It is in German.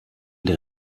der